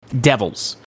devils